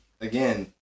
again